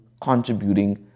contributing